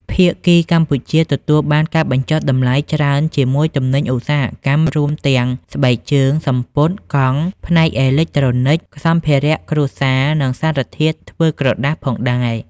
ភាគីកម្ពុជា ទទួលបានការបញ្ចុះតម្លៃច្រើនជាមួយទំនិញឧស្សាហកម្ម រួមទាំង ស្បែកជើង, សំពត់, កង់, ផ្នែកអេឡិចត្រូនិក, សម្ភារៈគ្រួសារ, និងសារធាតុធ្វើក្រដាសផងដែរ ។